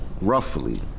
roughly